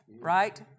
right